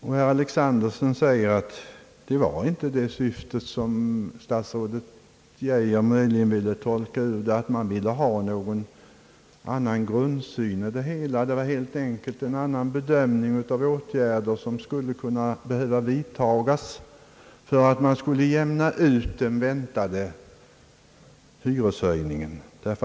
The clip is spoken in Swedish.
Herr Alexanderson menar att det inte var det syfte som statsrådet Geijer ville tolka ur dem, nämligen att man ville ha en annan grundsyn på det hela, utan det var helt enkelt en annan bedömning av de åtgärder som skulle behöva vidtas för att jämna ut den väntade hyreshöjningen.